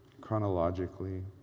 chronologically